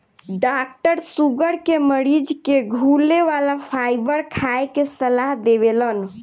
doctor sugar के मरीज के धुले वाला फाइबर खाए के सलाह देवेलन